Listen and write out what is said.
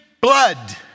blood